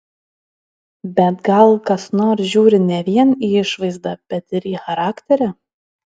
bet gal kas nors žiūri ne vien į išvaizdą bet ir į charakterį